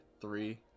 three